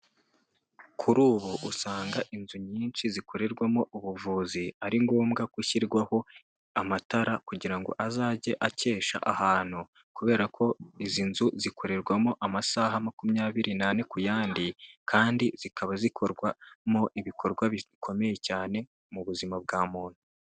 Kuri ubu usanga inzu nyinshi zikorerwamo ubuvuzi ari ngombwa koshyirwaho amatara kugira ngo azajye akesha ahantu, kubera ko izi nzu zikorerwamo amasaha makumyabiri n'ane ku yandi kandi zikaba zikorwamo ibikorwa bikomeye cyane mu buzima bwa muntu.